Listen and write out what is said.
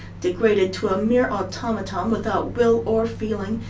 degraded to a mere automaton without will or feeling,